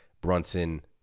Brunson